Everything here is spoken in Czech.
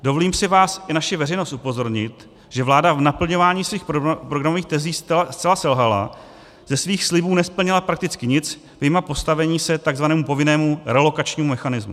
Dovolím si vás i naši veřejnost upozornit, že vláda v naplňování svých programových tezí zcela selhala, ze svých slibů nesplnila prakticky nic, vyjma postavení se tzv. povinnému relokačnímu mechanismu.